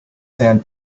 sand